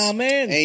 Amen